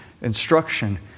instruction